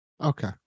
Okay